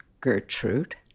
Gertrude